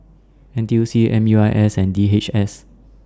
N T U C M U I S and D H S